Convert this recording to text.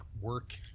work